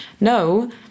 No